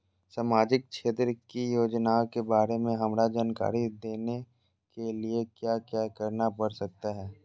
सामाजिक क्षेत्र की योजनाओं के बारे में हमरा जानकारी देने के लिए क्या क्या करना पड़ सकता है?